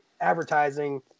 advertising